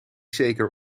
zeker